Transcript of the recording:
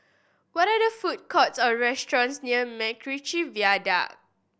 what are there food courts or restaurants near MacRitchie Viaduct